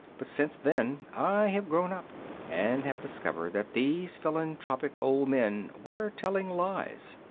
but since then i have grown up and have discovered that these philanthropic old men were telling lies.